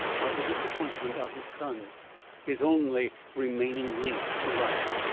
by the disappointment of his son his only remaining link to life.